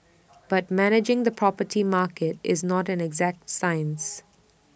but managing the property market is not an exact science